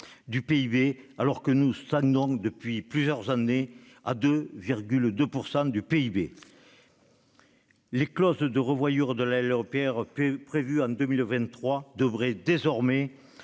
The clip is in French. du PIB, alors que nous stagnons depuis plusieurs années à seulement 2,2 % du PIB. La clause de revoyure de la LPR prévue en 2023 devrait être